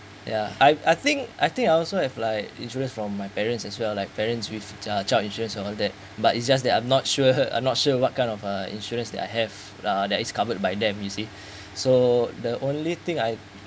ya I I think I think I also have like insurance from my parents as well like parents with child insurance and all that but it's just that I'm not sure I'm not sure what kind of uh insurance that I have uh that is covered by them you see so the only thing I